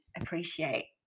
appreciate